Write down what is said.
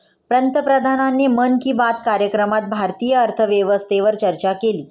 पंतप्रधानांनी मन की बात कार्यक्रमात भारतीय अर्थव्यवस्थेवर चर्चा केली